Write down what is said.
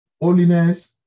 Holiness